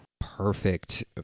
Perfect